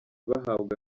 bahabwa